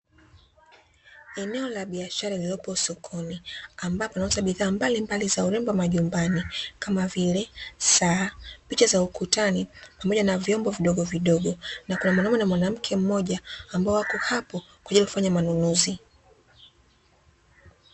Eneo la biashara lililopo sokoni ambapo kunauzwa bidhaa mbalimbali za urembo majumbani kama vile saa, picha za ukutani pamoja na vyombo vidogovidogo na kuna mwanaume na mwanamke mmoja wako hapo kwaajili ya kufanya manunuzi.